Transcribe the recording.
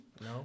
No